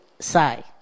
say